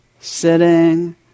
Sitting